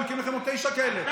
הוא הקים לכם עוד תשע כאלה.